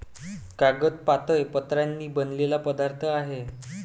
कागद पातळ पत्र्यांनी बनलेला पदार्थ आहे